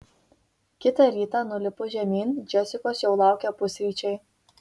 kitą rytą nulipus žemyn džesikos jau laukė pusryčiai